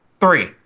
Three